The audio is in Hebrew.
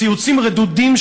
ציוצים רדודים,